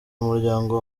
umuryango